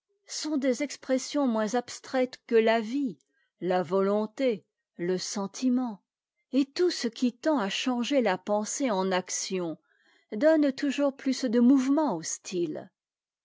sont des expressions moins abstraites que la vie la volonté le sentiment et tout ce qui tend à changer la pensée en action donne toujours plus de mouvement au style